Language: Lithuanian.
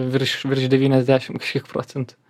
virš virš devyniasdešim kažkiek procentų